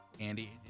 Andy